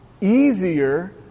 easier